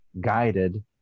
guided